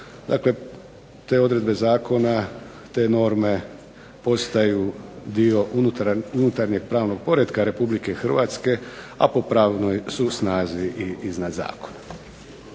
dakle te odredbe zakona, te norme postaju dio unutarnjeg pravnog poretka Republike Hrvatske, a po pravnoj su snazi i iznad zakona.